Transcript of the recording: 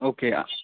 okay a